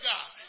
God